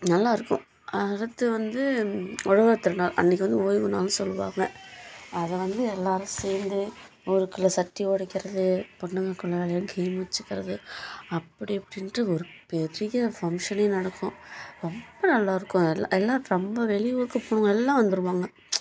நல்லா இருக்கும் அடுத்து வந்து உழவர் திருநாள் அன்றைக்கி வந்து ஓய்வு நாள்ன்னு சொல்வாங்க அதை வந்து எல்லோரும் சேர்ந்து ஊருக்குள்ள சட்டி உடைக்கிறது பொண்ணுங்களுக்குள்ளாற கேம் வச்சுக்கறது அப்படி இப்படின்ட்டு ஒரு பெரிய ஃபங்க்ஷனே நடக்கும் ரொம்ப நல்லா இருக்கும் எல்லாம் எல்லாம் ரொம்ப வெளியூருக்கு போனவங்க எல்லாம் வந்துடுவாங்க